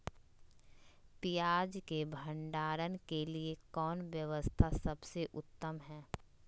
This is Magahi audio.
पियाज़ के भंडारण के लिए कौन व्यवस्था सबसे उत्तम है?